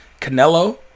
Canelo